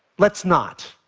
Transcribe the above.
let's not.